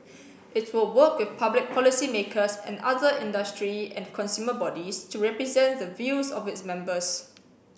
it will work with public policymakers and other industry and consumer bodies to represent the views of its members